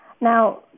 Now